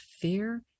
fear